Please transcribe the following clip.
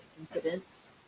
incidents